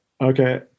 Okay